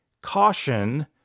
caution